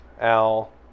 Al